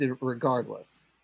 regardless